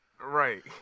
Right